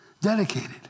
Dedicated